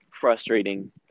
frustrating